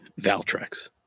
Valtrex